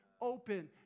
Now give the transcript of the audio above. open